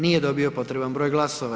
Nije dobio potreban broj glasova.